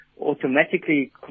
Automatically